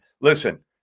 listen